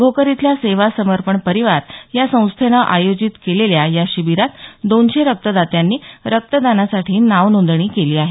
भोकर इथल्या सेवा समर्पण परिवार या संस्थेनं आयोजित केलेल्या या शिबीरात दोनशे रक्तदात्यांनी रक्तदानासाठी नाव नोंदणी केली आहे